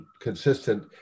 consistent